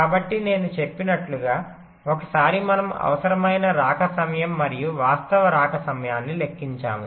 కాబట్టి నేను చెప్పినట్లుగా ఒకసారి మనము అవసరమైన రాక సమయం మరియు వాస్తవ రాక సమయాన్ని లెక్కించాము